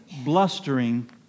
blustering